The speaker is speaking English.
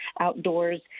outdoors